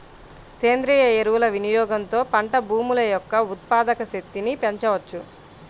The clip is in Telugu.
సేంద్రీయ ఎరువుల వినియోగంతో పంట భూముల యొక్క ఉత్పాదక శక్తిని పెంచవచ్చు